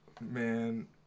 Man